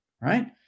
Right